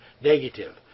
negative